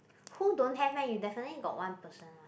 who don't have meh you definitely got one person one